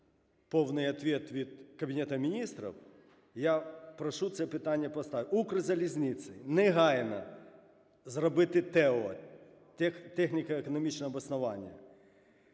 повну відповідь від Кабінету Міністрів, я прошу це питання поставити. "Укрзалізниці" негайно зробити ТЕО, техніко-економічне обоснованіє,